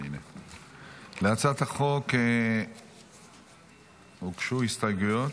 להצעת החוק הוגשו הסתייגויות.